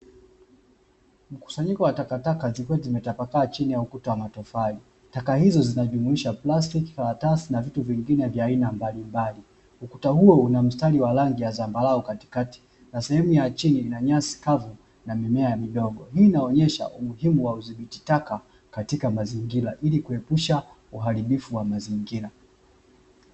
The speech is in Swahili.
Mkusanyiko wa takataka zikiwa zimetapakaa chini ya ukuta wa matofali, taka hizo zinajumuisha plastiki, karatasi na vitu vingine vya aina mbalimbali. Ukuta huo una mstari wa zambarau na chini kukiwa na nyasi kavu. Ni muhimu kudhibiti taka katika mazingira ili kuepusha uharibifu wa mazingira.